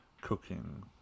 cooking